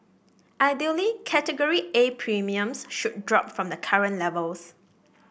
ideally Category A premiums should drop from the current levels